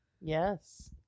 yes